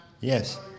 Yes